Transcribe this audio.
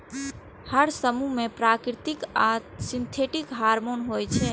हर समूह मे प्राकृतिक आ सिंथेटिक हार्मोन होइ छै